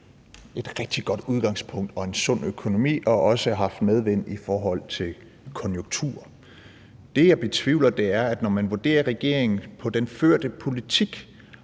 et rigtig godt udgangspunkt og en sund økonomi og også har haft medvind i forhold til konjunkturer. Det, min tvivl handler om, er, om regeringen, når man vurderer den på dens førte politik,